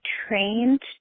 trained